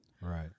Right